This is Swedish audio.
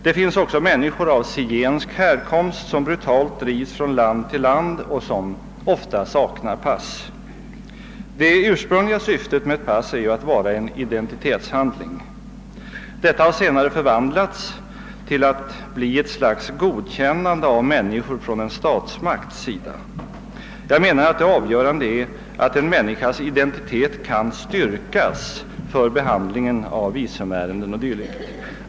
Det finns också människor av zigensk härkomst, som brutalt drivs från land till land och som ofta saknar pass. Det ursprungliga syftet med ett pass är ju att vara en identitetshandling. Detta har senare förvandlats till att bli ett slags godkännande av människor från en statsmakts sida. Jag menar att det avgörande är att en människas identitet kan styrkas för behandlingen av visumärenden o.d.